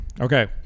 Okay